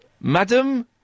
Madam